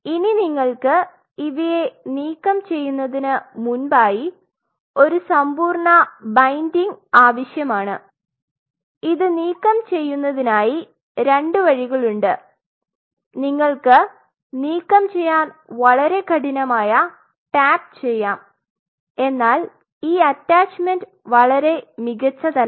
ഇനി നിങ്ങൾക് ഇവയെ നീക്കംചെയ്യുന്നതിന് മുൻപായി ഒരു സമ്പൂർണ്ണ ബൈൻഡിംഗ് ആവശ്യമാണ് ഇത് നീക്കംചെയ്യുന്നതിനായി രണ്ട് വഴികളുണ്ട് നിങ്ങൾക്ക് നീക്കംചെയ്യാൻ വളരെ കഠിനമായി ടാപ്പുചെയ്യാം എന്നാൽ ഈ അറ്റാച്മെൻറ് വളരെ മികച്ചതല്ല